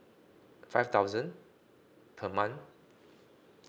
five thousand per month